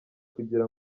kugira